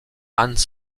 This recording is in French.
hans